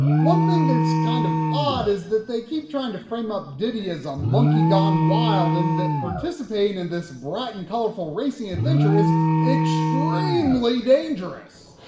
one thing that's kind of funny ah is that they keep trying to frame up diddy as a monkey gone wild, and that participating in this bright and colorful racing adventure is extremely dangerous!